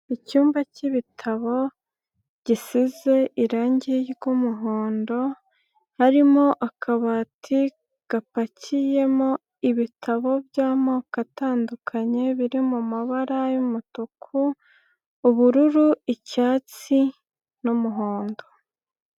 Icyumba cyi'bitabo, gisize irangi ry'umuhondo, harimo akabati gapakiyemo ibitabo by'amoko atandukanye biri mabara y'umutuku, ubururu, icyatsi n'umuhondo.